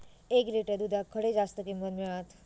एक लिटर दूधाक खडे जास्त किंमत मिळात?